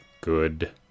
good